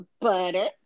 Butter